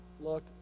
look